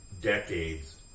decades